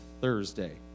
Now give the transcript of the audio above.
Thursday